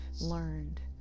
learned